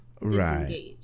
right